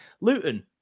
Luton